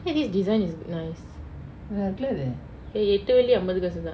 !hey! this design is nice eh எட்டு வெள்ளி அம்பது காசுதா:ettu velli ambathu kaasutha